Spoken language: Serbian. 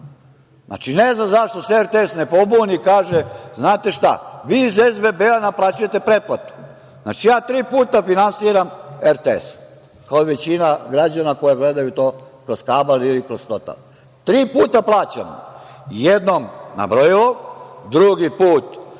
Znači, ne znam zašto se RTS ne pobuni, kaže – znate šta, vi iz SBB-a naplaćujete pretplatu. Znači, ja tri puta finansiram RTS, kao i većina građana koji gledaju to kroz kabl ili kroz Total. Tri puta plaćamo, jednom na brojilu, drugi put kroz